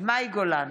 מאי גולן,